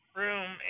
room